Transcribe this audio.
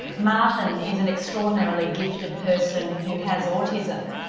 martin is an extraordinarily gifted person who has autism.